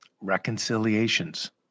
reconciliations